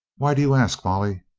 why do you ask, molly?